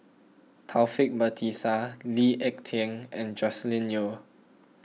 Taufik Batisah Lee Ek Tieng and Joscelin Yeo